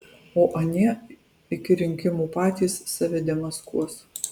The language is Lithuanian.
o anie iki rinkimų patys save demaskuos